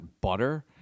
butter